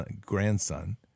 grandson